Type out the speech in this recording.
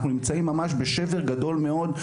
אנחנו נמצאים ממש בשבר גדול מאוד,